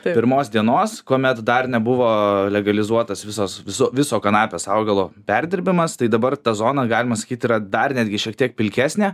pirmos dienos kuomet dar nebuvo legalizuotas visos viso viso kanapės augalo perdirbimas tai dabar ta zona galima sakyti dar netgi šiek tiek pilkesnė